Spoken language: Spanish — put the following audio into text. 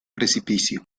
precipicio